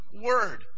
word